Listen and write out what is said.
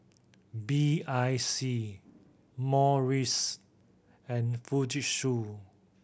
B I C Morries and Fujitsu